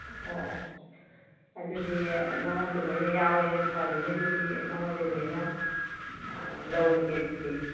ꯑꯣ ꯑꯣ ꯑꯗꯨꯗꯤ ꯅꯉꯣꯟꯗ ꯂꯣꯏꯅ ꯌꯥꯎꯔꯦꯅ ꯐꯔꯦꯅꯦ ꯑꯗꯨꯗꯤ ꯅꯉꯣꯟꯗꯩ ꯂꯣꯏꯅ ꯂꯧꯔꯒꯦ ꯑꯗꯨꯗꯤ